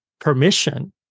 permission